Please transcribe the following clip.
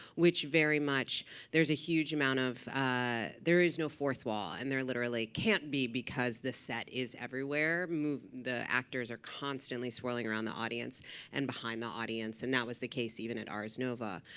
which very much there is a huge amount of ah there is no fourth wall. and there literally can't be, because the set is everywhere. the actors are constantly swirling around the audience and behind the audience. and that was the case even at ars nova.